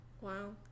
Wow